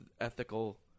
ethical